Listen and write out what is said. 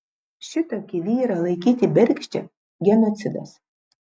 šitokį vyrą laikyti bergždžią genocidas